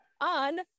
on